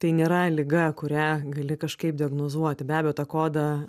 tai nėra liga kurią gali kažkaip diagnozuoti be abejo tą kodą